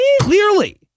clearly